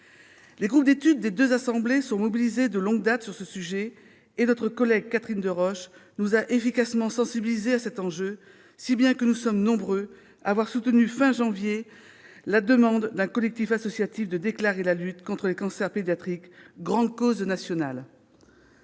Les groupes d'études des deux assemblées sont mobilisés de longue date sur ce sujet. Notre collègue Catherine Deroche nous a efficacement sensibilisés à cet enjeu, si bien que nous sommes nombreux à avoir soutenu à la fin du mois de janvier la demande d'un collectif associatif de déclarer la lutte contre les cancers pédiatriques grande cause nationale.